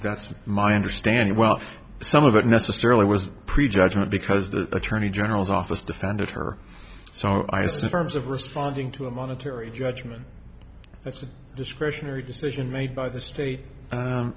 that's my understanding well some of it necessarily was prejudgment because the attorney general's office defended her so i guess the firms of responding to a monetary judgment that's a discretionary decision made by the state